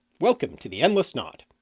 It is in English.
welcome to the endless knot!